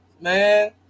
man